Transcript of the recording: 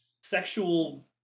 sexual